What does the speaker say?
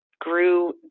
grew